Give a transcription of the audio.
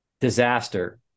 disaster